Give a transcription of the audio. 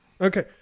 Okay